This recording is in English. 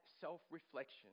self-reflection